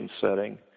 setting